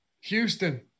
Houston